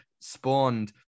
spawned